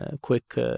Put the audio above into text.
quick